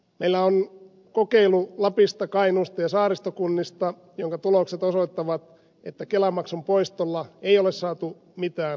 meillä on lapista kainuusta ja saaristokunnista kokeilu jonka tulokset osoittavat että kelamaksun poistolla ei ole saatu mitään aikaan